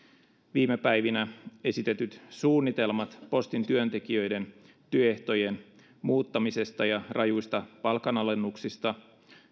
viime päivinä esitetyt suunnitelmat postin työntekijöiden työehtojen muuttamisesta ja rajuista palkanalennuksista